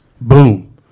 Boom